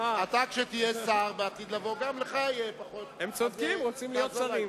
צודקים, רוצים להיות שרים.